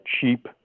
cheap